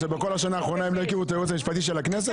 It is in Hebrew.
שבכל השנה האחרונה הם לא הכירו את הייעוץ המשפטי של הכנסת?